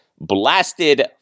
blasted